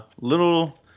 little